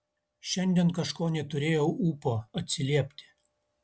šiandien kažko neturėjau ūpo atsiliepti